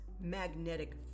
magnetic